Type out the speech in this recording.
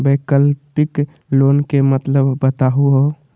वैकल्पिक लोन के मतलब बताहु हो?